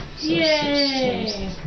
Yay